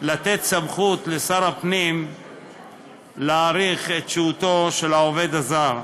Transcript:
לתת סמכות לשר הפנים להאריך את שהותו של העובד הזר.